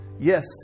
Yes